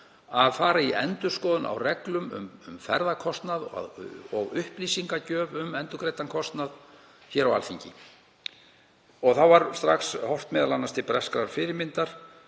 að fara í endurskoðun á reglum um ferðakostnað og upplýsingagjöf um endurgreiddan kostnað á Alþingi — þá var strax horft m.a. til breskrar fyrirmyndar